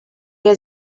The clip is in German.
der